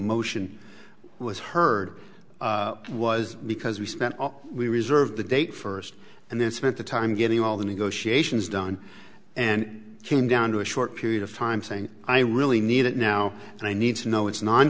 motion was heard was because we spent all we reserve the date first and then spent the time getting all the negotiations done and came down to a short period of time saying i really need it now and i need to know it's non